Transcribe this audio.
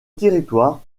territoire